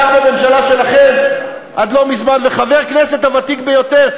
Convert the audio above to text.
שר בממשלה שלכם עד לא מזמן וחבר הכנסת הוותיק ביותר.